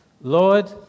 Lord